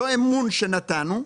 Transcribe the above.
אותו אמון שנתנו,